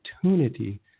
opportunity